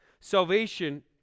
Salvation